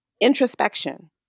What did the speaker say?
Introspection